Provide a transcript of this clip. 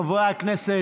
חברי הכנסת,